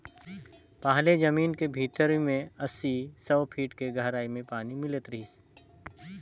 पहिले जमीन के भीतरी में अस्सी, सौ फीट के गहराई में पानी मिलत रिहिस